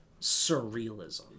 surrealism